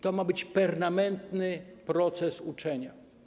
To ma być permanentny proces uczenia.